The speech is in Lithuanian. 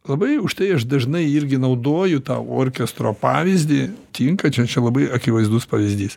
labai užtai aš dažnai irgi naudoju tą orkestro pavyzdį tinka čia čia labai akivaizdus pavyzdys